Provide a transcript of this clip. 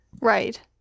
Right